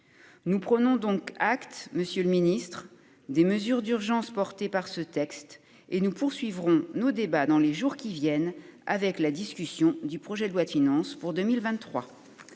Nous prenons donc acte, monsieur le ministre, des mesures d'urgence contenues dans ce texte et nous poursuivrons les débats, dans les jours qui viennent, dans le cadre de l'examen du projet de loi de finances pour 2023.